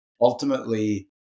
ultimately